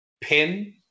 pin